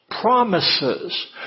Promises